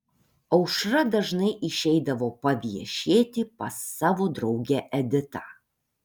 aušra dažnai išeidavo paviešėti pas savo draugę editą